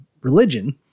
religion